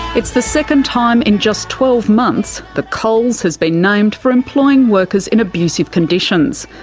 it's the second time in just twelve months that coles has been named for employing workers in abusive conditions.